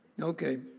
Okay